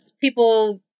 people